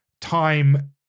time